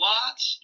Lot's